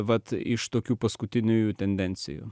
vat iš tokių paskutiniųjų tendencijų